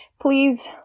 Please